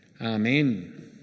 Amen